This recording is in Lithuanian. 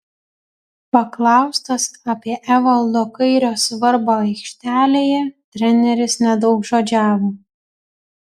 paklaustas apie evaldo kairio svarbą aikštėje treneris nedaugžodžiavo